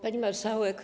Pani Marszałek!